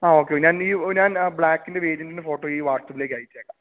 ആ ഓക്കെ ഞാനീ ഞാൻ ആ ബ്ലാക്കിൻ്റെ വേരിയൻ്റിൻ്റെ ഫോട്ടോ ഈ വാട്സപ്പിലേക്ക് അയച്ചേക്കാം